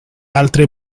altre